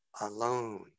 alone